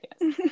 Yes